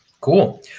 Cool